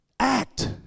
act